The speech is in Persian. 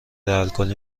الکلی